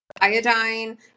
iodine